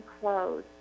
clothes